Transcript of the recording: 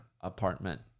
apartment